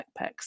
backpacks